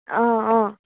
অঁ অঁ